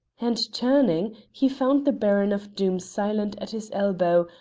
and turning, he found the baron of doom silent at his elbow,